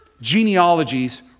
Genealogies